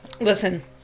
listen